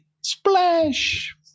Splash